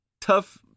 tough